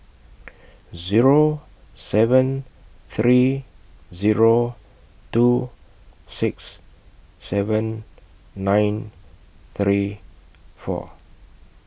Zero seven three Zero two six seven nine three four